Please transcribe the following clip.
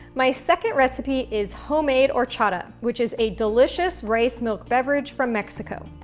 my second recipe is homemade horchata, which is a delicious rice milk beverage from mexico.